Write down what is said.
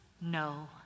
no